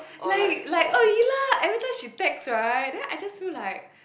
like like lah every time she text right then I just feel like